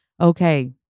Okay